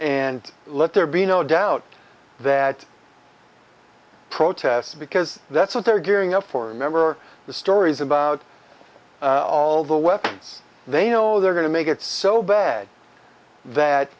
and let there be no doubt that protests because that's what they're gearing up for a member of the stories about all the weapons they know they're going to make it so bad that